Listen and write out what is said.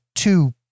two